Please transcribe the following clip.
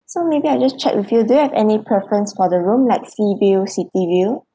so maybe I just check with you do you have any preference for the room like sea view city view